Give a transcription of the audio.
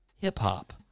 hip-hop